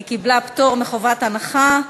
היא קיבלה פטור מחובת הנחה.